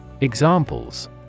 Examples